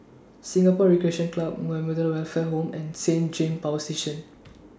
Singapore Recreation Club Muhammadiyah Welfare Home and Saint James Power Station